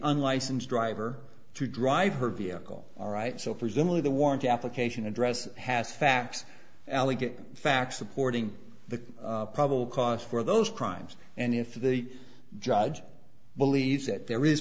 unlicensed driver to drive her vehicle all right so presumably the warrant application address has facts alie get facts supporting the probable cause for those crimes and if the judge believes that there is